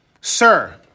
Sir